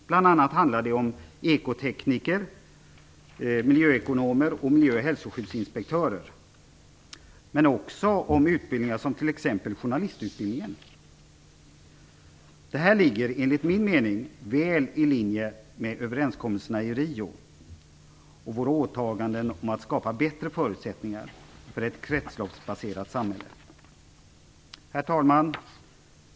Bl.a. handlar det om ekotekniker, miljöekonomer och miljö och hälsoskyddsinspektörer men också om utbildningar som t.ex. journalistutbildningen. Detta ligger enligt min mening väl i linje med överenskommelserna i Rio och med våra åtaganden om att skapa bättre förutsättningar för ett kretsloppsbaserat samhälle. Herr talman!